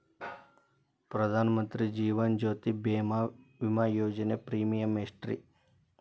ಪ್ರಧಾನ ಮಂತ್ರಿ ಜೇವನ ಜ್ಯೋತಿ ಭೇಮಾ, ವಿಮಾ ಯೋಜನೆ ಪ್ರೇಮಿಯಂ ಎಷ್ಟ್ರಿ?